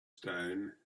stone